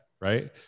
right